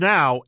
Now